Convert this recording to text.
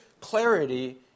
clarity